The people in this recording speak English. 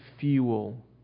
fuel